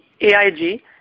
AIG